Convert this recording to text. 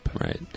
Right